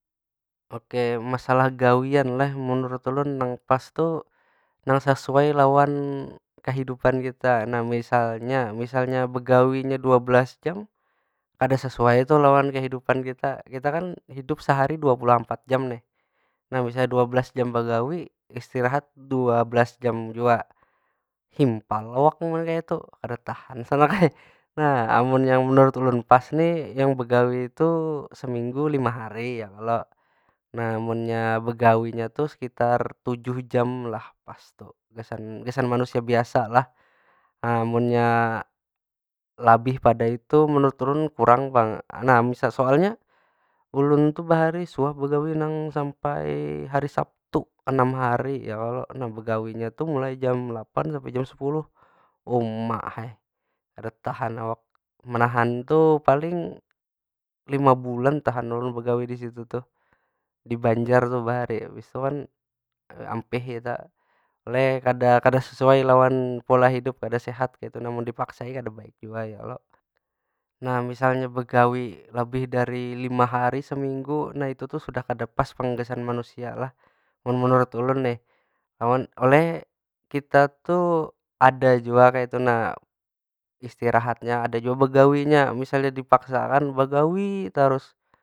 Oke, masalah gawian lah. Menurut ulun nang pas tu, nang sesuai lawan kehidupan kita. Nah misalnya, misalnya begawinya dua belas jam, kada sesuai tu lawan kehidupan kita. Kita kan hidup sahari dua puluh ampat jam nih, nah misalnya dua belas jam begawi, istirahat dua belas jam jua himpal awak lo mun kaya itu. Kada tahan sama kaya nah amun yang menurut ulun pas ni, yang begawi tu seminggu lima hari ya kalo. Nah munnya begawinya tuh sekitar tujuh jam lah, pas tu gasan- gasan manusia biasa lah. Nah amunnya labih pada itu menurut ulun kurang pang. Nah misal, soalnya ulun tu bahari suah begawi nang sampai hari sabtu, anam hari ya kalo. Nah begawinya tu mulai jam lapan sampai jam sepuluh. Uma ai, kada tahan awak. Menahan tu paling lima bulan tahan ulun begawi di situ tuh. Di banjar tuh bahari. Habis tu kan ampih kita, oleh kada- kada sesuai lawan pola hidup, kada sehat kaytu nah. Munnya dipaksai kada baik jua ya kalo? Nah misalnya begawi labih dari lima hari seminggu, nah itu tu sudah kada pas pang gasan manusia lah mun menurut ulun, nih. oleh kita tuh ada jua kaytu nah istirahatnya, ada jua begawinya. Misalnya dipaksakan begawi tarus.